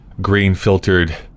green-filtered